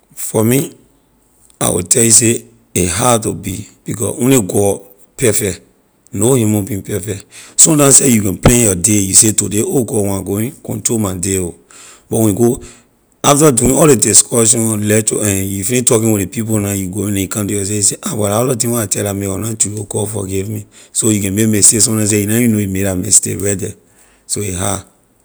For me, I will tell you say a hard to believe because only god perfect no human being perfect sometime seh you can plan your day you say today oh god when I going control my day ho but when you go after doing all ley discussion lec- you finish talking with ley people na you going then you come to your seh but la other thing where I tell la man a wor na true ho god forgive me so you can make mistake sometime seh you na even know you make la mistake right the so a hard